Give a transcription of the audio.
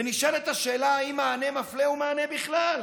ונשאלת השאלה אם מענה מפלה הוא מענה בכלל.